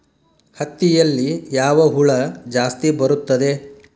ಹತ್ತಿಯಲ್ಲಿ ಯಾವ ಹುಳ ಜಾಸ್ತಿ ಬರುತ್ತದೆ?